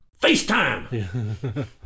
FaceTime